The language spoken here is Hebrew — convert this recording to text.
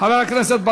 חבר הכנסת יוסי יונה,